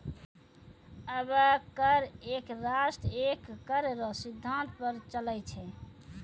अबै कर एक राष्ट्र एक कर रो सिद्धांत पर चलै छै